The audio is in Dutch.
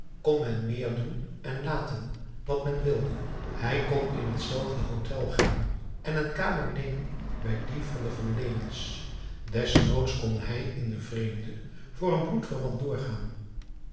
kon men meer doen en laten wat men wilde hij kon in hetzelfde hotel gaan en een kamer nemen bij die van de van leeuwens desnoods kon hij in den vreemde voor een bloedverwant doorgaan